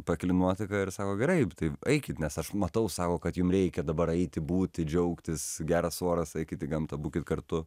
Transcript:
pakili nuotaika ir sako gerai tai eikit nes aš matau sako kad jums reikia dabar eiti būti džiaugtis geras oras eikit į gamtą būkit kartu